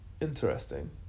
Interesting